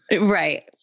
Right